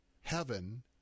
heaven